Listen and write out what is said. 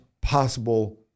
possible